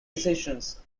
decisions